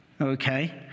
Okay